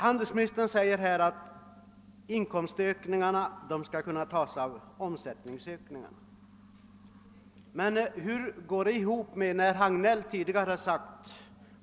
Handelsministern säger att inkomstökningarna skall kunna tas av omsättningsökningarna. Men hur går det ihop med vad herr Hagnell tidigare sagt?